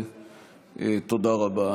תודה רבה.